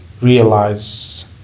realize